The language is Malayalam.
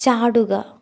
ചാടുക